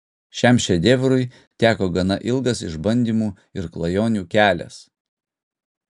šiam šedevrui teko gana ilgas išbandymų ir klajonių kelias